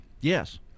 Yes